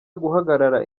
guhagarara